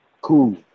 cool